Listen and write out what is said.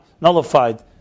nullified